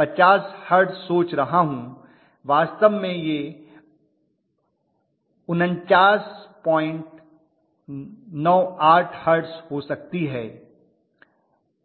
50 hertz सोच रहा हूँ वास्तव में यह 4998 हर्ट्ज हो सकती है